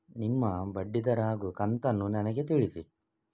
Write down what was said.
ನಿಮ್ಮ ಬಡ್ಡಿದರ ಹಾಗೂ ಕಂತನ್ನು ನನಗೆ ತಿಳಿಸಿ?